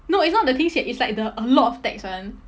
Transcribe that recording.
no it's not the 听写 it's like the a lot of text [one]